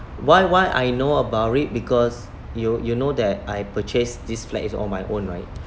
why why I know about it because you you know that I purchase this flat is on my own right